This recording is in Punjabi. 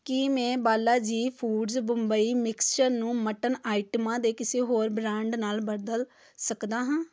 ਕੀ ਮੈਂ ਬਾਲਾਜੀ ਫੂਡਜ਼ ਬੰਬਈ ਮਿਕਸਚਰ ਨੂੰ ਮੱਟਨ ਆਈਟਮਾਂ ਦੇ ਕਿਸੇ ਹੋਰ ਬ੍ਰਾਂਡ ਨਾਲ ਬਦਲ ਸਕਦਾ ਹਾਂ